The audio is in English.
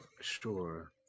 sure